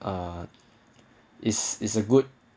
uh is is a good